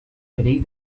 perill